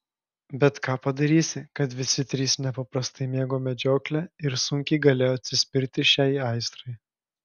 bet ką padarysi kad visi trys nepaprastai mėgo medžioklę ir sunkiai galėjo atsispirti šiai aistrai